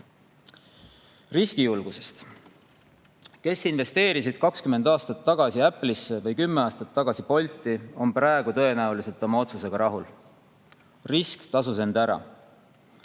Riskijulgusest. Kes investeerisid 20 aastat tagasi Apple'isse või 10 aastat tagasi Bolti, on praegu tõenäoliselt oma otsusega rahul, risk tasus end ära.